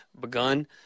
begun